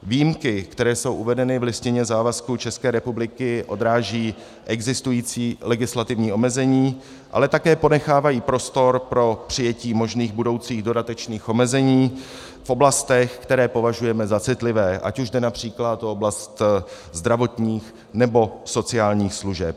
Výjimky, které jsou uvedeny v listině závazků České republiky, odrážejí existující legislativní omezení, ale také ponechávají prostor pro přijetí možných budoucích dodatečných omezení v oblastech, které považujeme za citlivé, ať už jde například o oblast zdravotních nebo sociálních služeb.